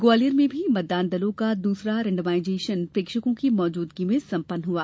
ग्वालियर में भी मतदान दलों का दूसरा रेण्डमाइजेशन प्रेक्षकों की मौजूदगी में संपन्न हुआ